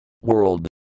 world